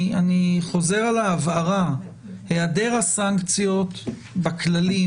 אני חוזר על ההבהרה: העדר הסנקציות בכללים